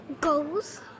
goals